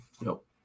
Nope